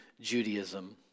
Judaism